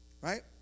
Right